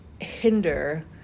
hinder